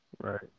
Right